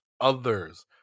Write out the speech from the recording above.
others